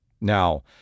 Now